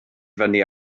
fyny